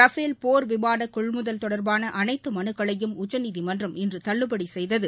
Rafale போர் விமான கொள்முதல் தொடர்பாள அனைத்து மனுக்களையும் உச்சநீதிமன்றம் இன்று தள்ளுபடி செய்தது